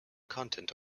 content